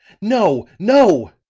no, no!